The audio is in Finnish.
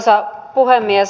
arvoisa puhemies